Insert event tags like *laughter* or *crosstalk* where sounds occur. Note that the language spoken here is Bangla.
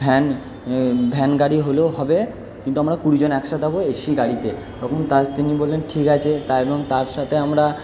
ভ্যান ভ্যান গাড়ি হলেও হবে কিন্তু আমরা কুড়িজন একসাথে হবো এসি গাড়িতে তখন তার তিনি বললেন ঠিক আছে *unintelligible* এবং তার সাথে আমরা